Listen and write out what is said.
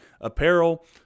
apparel